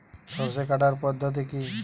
সরষে কাটার পদ্ধতি কি?